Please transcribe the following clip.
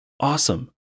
Awesome